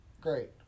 great